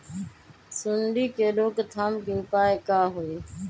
सूंडी के रोक थाम के उपाय का होई?